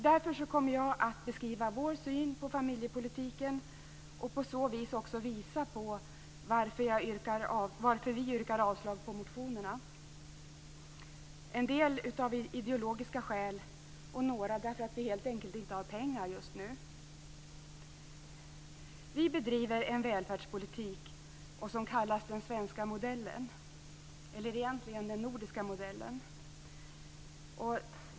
Jag kommer att beskriva vår syn på familjepolitiken och på så sätt visa varför vi yrkar avslag på motionerna. Det sker i en del fall av ideologiska skäl och i några fall därför att vi just nu helt enkelt inte har pengar. Vi bedriver en välfärdspolitik som kallas den svenska modellen eller egentligen den nordiska modellen.